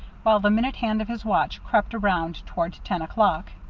while the minute hand of his watch crept around toward ten o'clock.